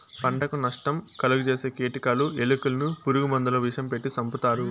పంటకు నష్టం కలుగ జేసే కీటకాలు, ఎలుకలను పురుగు మందుల విషం పెట్టి సంపుతారు